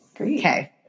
Okay